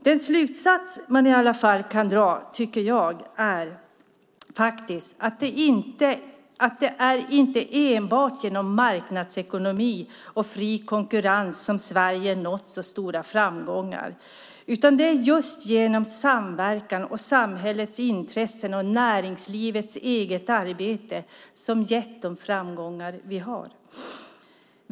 Den slutsats man kan dra, tycker jag, är att det inte är enbart genom marknadsekonomi och fri konkurrens som Sverige nått så stora framgångar, utan det är just samverkan, samhällets intressen och näringslivets eget arbete som gett de framgångar vi har.